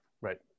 Right